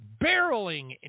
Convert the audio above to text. barreling